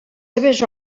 seves